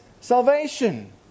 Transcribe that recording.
salvation